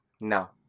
No